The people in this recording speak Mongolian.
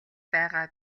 байгаа